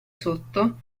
sotto